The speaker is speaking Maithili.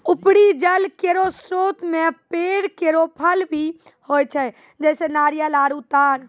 उपरी जल केरो स्रोत म पेड़ केरो फल भी होय छै, जैसें नारियल आरु तार